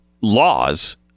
laws